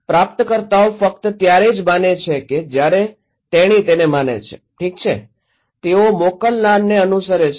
તો પ્રાપ્તકર્તાઓ ફક્ત ત્યારે જ માને છે કે જયારે તેણી તેને માને છે ઠીક છે તેઓ મોકલનારને અનુસરે છે